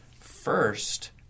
first